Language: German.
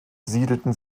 siedelten